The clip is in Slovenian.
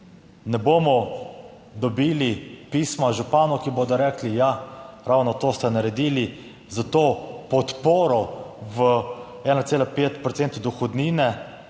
ne bomo dobili pisma županov, ki bodo rekli, ja, ravno to ste naredili za to podporo v 1,5 procenta